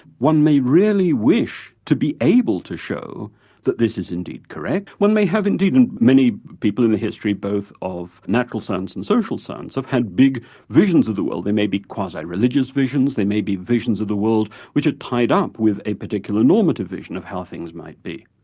one may really wish to be able to show that this is indeed correct. one may have indeed and many people in the history both of natural science and social science, have had big visions of the world. they may be quasi-religious visions, they may be visions of the world which are tied up with a particular normative vision of how things might be.